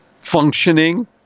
functioning